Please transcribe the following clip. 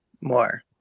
more